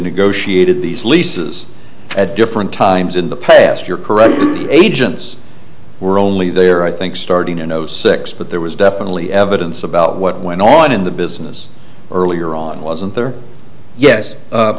negotiated these leases at different times in the past you're correct agents were only there i think starting in zero six but there was definitely evidence about what went on in the business earlier on wasn't there yes